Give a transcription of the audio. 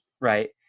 right